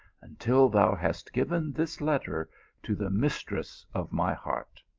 until thou hast given this letter to the mistress of my heart.